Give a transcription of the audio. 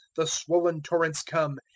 the swollen torrents come,